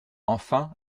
enfin